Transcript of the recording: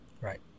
Right